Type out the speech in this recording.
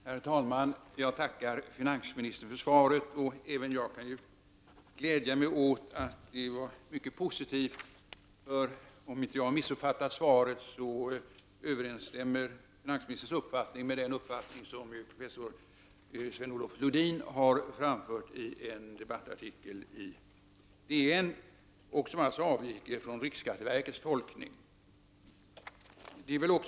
Herr talman! Jag tackar finansministern för svaret på min fråga. Även jag kan glädja mig åt ett mycket positivt svar. Om jag inte missuppfattat svaret överensstämmer finansministerns uppfattning med den uppfattning som professor Sven-Olof Lodin har framfört i en debattartikel i Dagens Nyheter och som alltså avviker från riksskatteverkets tolkning.